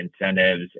incentives